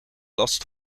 last